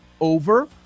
over